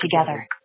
together